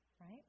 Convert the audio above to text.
right